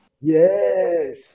Yes